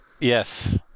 Yes